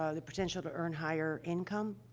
ah the potential to earn higher income?